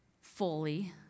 fully